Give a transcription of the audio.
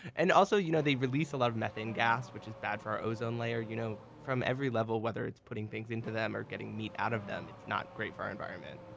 and also, you know they release a lot of methane gas, which is bad for our ozone layer. you know from every level, whether it's putting things into them or getting meat out of them, it's not great for our environment.